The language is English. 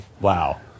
Wow